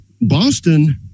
Boston